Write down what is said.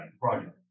project